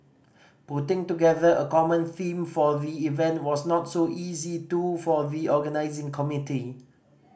putting together a common theme for the event was not so easy too for the organising committee